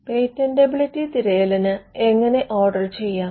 patentability തിരയലിന് എങ്ങനെ order ചെയ്യാം